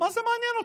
מה זה מעניין אתכם?